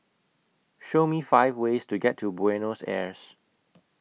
Show Me five ways to get to Buenos Aires